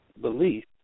belief